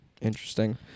Interesting